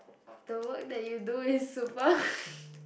the work that you do is super